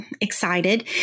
excited